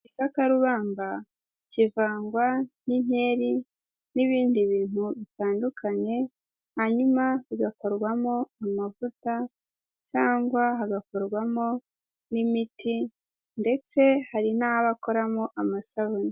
Igikakarubamba kivangwa n'inkeri n'ibindi bintu bitandukanye, hanyuma bigakorwamo amavuta cyangwa hagakorwamo n'imiti ndetse hari n'abakoramo amasabune.